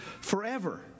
forever